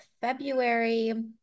February